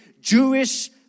jewish